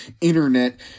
internet